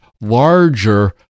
larger